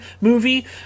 movie